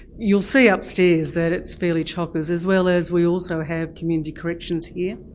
you'll see upstairs that it's fairly chokkers as well as we also have community corrections here.